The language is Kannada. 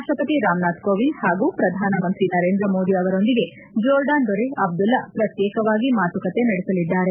ರಾಷ್ಟ್ಮಪತಿ ರಾಮನಾಥ್ ಕೋವಿಂದ್ ಹಾಗೂ ಪ್ರಧಾನಮಂತ್ರಿ ನರೇಂದ್ರ ಮೋದಿ ಅವರೊಂದಿಗೆ ಜೋರ್ಡಾನ್ ದೊರೆ ಅಬ್ದುಲ್ಲಾ ಪ್ರತ್ಯೇಕವಾಗಿ ಮಾತುಕತೆ ನಡೆಸಲಿದ್ದಾರೆ